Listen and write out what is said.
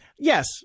Yes